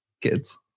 kids